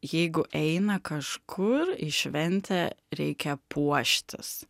jeigu eina kažkur į šventę reikia puoštis